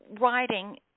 writing